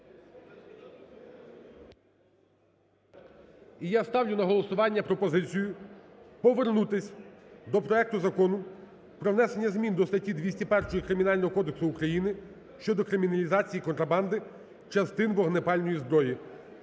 я ставлю на голосування пропозицію повернутися до проекту Закону про внесення змін до статті 201 Кримінального кодексу України щодо криміналізації контрабанди частин вогнепальної зброї